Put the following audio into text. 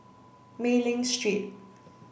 Mei Ling Street